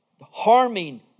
Harming